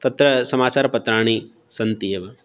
तत्र समाचारपत्राणि सन्ति एव